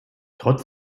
trotz